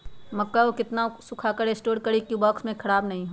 मक्का को कितना सूखा कर स्टोर करें की ओ बॉक्स में ख़राब नहीं हो?